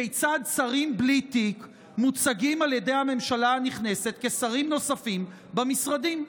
כיצד שרים בלי תיק מוצגים על ידי הממשלה הנכנסת כשרים נוספים במשרדים.